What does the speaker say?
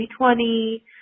2020